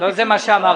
לא זה מה שאמרתי.